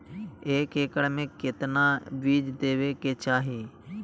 एक एकड़ मे केतना बीज देवे के चाहि?